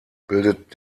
bildet